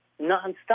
nonstop